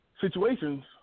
situations